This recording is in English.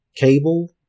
cable